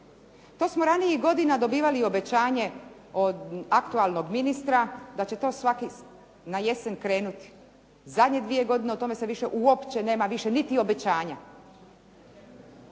To smo ranijih godina dobivali obećanje od aktualnog ministra, da će to na jesen krenuti. Zadnje dvije godine o tome se više, uopće više nema niti obećanja.